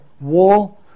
wall